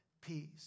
peace